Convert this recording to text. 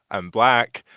i'm black,